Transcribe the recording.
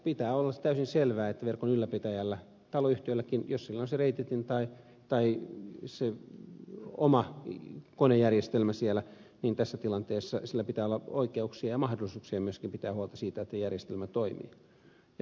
pitää olla täysin selvää että verkon ylläpitäjällä taloyhtiölläkin jos sillä on se reititin tai se oma konejärjestelmä siellä niin tässä tilanteessa sillä pitää olla oikeuksia ja mahdollisuuksia myöskin pitää huolta siitä että järjestelmä toimii